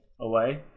away